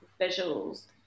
visuals